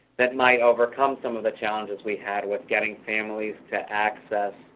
that might overcome some of the challenges we had with getting families to access